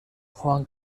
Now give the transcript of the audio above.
juan